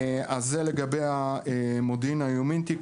זה לגבי מודיעין יומינטי.